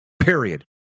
period